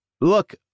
look